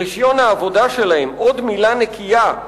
"רשיון העבודה שלהם, עוד מלה נקייה,